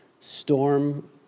storm